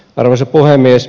arvoisa puhemies